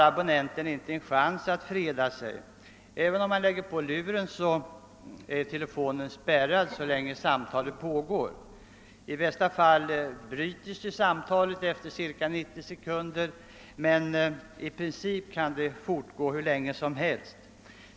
Abonnenten har inte en chans att freda sig. även om han lägger på luren är telefonen spärrad så länge samtalet pågår. I bästa fall bryts samtalet efter ca 90 sekunder, men i princip kan det fortgå hur länge som helst.